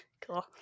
cool